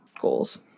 goals